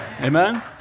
Amen